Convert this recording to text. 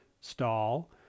stall